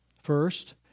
First